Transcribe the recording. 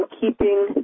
keeping